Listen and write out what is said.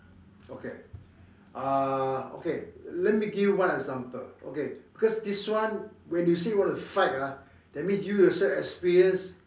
okay uh okay let me give you one example okay because this one when you say want to fight ah that means you yourself experience